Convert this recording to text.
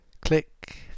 Click